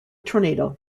tornado